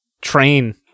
train